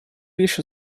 riesce